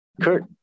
Kurt